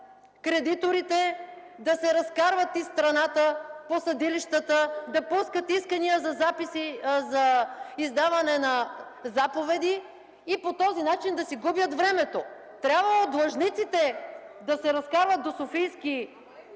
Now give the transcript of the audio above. кредиторите да се разкарват из страната, по съдилищата, да пускат искания за издаване на заповеди и по този начин да си губят времето. Трябва длъжниците да се разкарват до Софийския